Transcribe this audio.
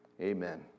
Amen